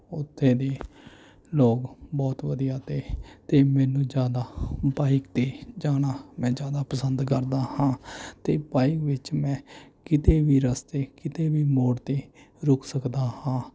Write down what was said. ਉੱਥੇ ਦੀ ਲੋਕ ਬਹੁਤ ਵਧੀਆ ਅਤੇ ਅਤੇ ਮੈਨੂੰ ਜ਼ਿਆਦਾ ਬਾਈਕ 'ਤੇ ਜਾਣਾ ਮੈਂ ਜ਼ਿਆਦਾ ਪਸੰਦ ਕਰਦਾ ਹਾਂ ਅਤੇ ਬਾਈਕ ਵਿੱਚ ਮੈਂ ਕਿਤੇ ਵੀ ਰਸਤੇ ਕਿਤੇ ਵੀ ਮੌੜ 'ਤੇ ਰੁਕ ਸਕਦਾ ਹਾਂ